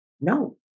No